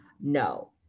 no